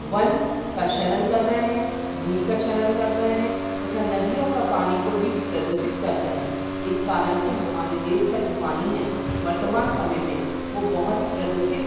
one का क्षरण कर रहे हैं भूमि का क्षरण कर रहे हैं तथा नदियों का पानी को भी प्रदूषित कर रहे हैं इस कारण से हमारे देश का जो पानी है वर्तमान समय में वो बहुत ही प्रदूषित